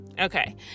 Okay